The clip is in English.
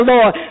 Lord